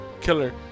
killer